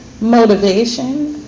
motivation